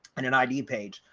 and an idx page,